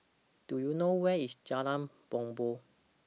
Do YOU know Where IS Jalan Bumbong